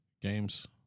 games